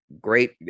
great